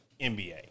NBA